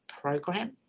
program